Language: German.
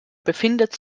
befindet